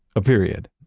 a period.